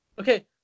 Okay